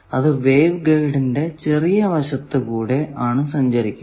അത് വേവ് ഗൈഡിന്റെ ചെറിയ വശത്തുകൂടെ ആണ് സഞ്ചരിക്കുക